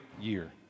year